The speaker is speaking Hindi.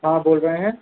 हाँ बोल रहे हैं